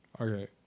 Okay